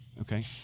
Okay